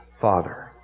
Father